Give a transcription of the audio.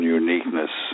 uniqueness